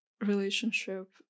relationship